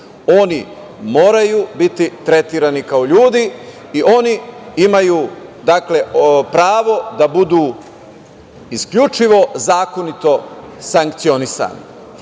oni moraju biti tretirani kao ljudi i oni imaju pravo da budu isključivo zakonito sankcionisani. Zato